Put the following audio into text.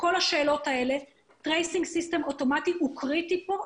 tracing system אוטומטי הוא קריטי פה,